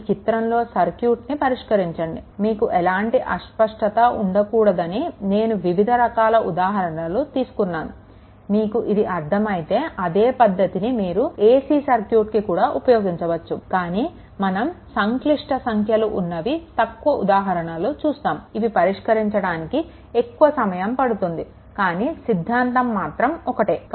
ఈ చిత్రంలోని సర్క్యూట్ని పరిశీలించండి మీకు ఎలాంటి అస్పష్టత ఉండకూడదని నేను వివిధ రకాల ఉదాహరణలు తీసుకున్నాను మీకు ఇది అర్థం అయితే అదే పద్ధతిని మీరు ac సర్క్యూట్కి కూడా ఉపయోగించవచ్చు కానీ మనం సంక్లిష్ట సంఖ్యలు ఉన్నవి తక్కువ ఉదాహరణలు చూస్తాము ఇవి పరిష్కరించడానికి ఎక్కువ సమయం పడుతుంది కానీ సిద్ధాంతం మాత్రం ఒక్కటే